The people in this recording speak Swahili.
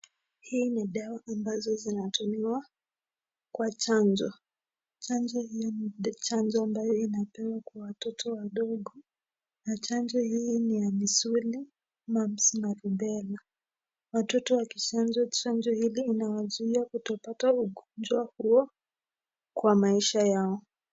Hii ni dawa ambazo zinatumiwa kwa chanjo. Chanjo hii ni chanjo ambayo inapewa watoto wadogo na chanjo hii ni ya misuli, mumps na rubela. Watoto wakichanjwa chanjo hii inawazuia kutopata ugonjwa huo kwa maisha yao.